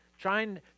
trying